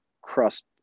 crust